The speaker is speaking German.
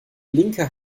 linke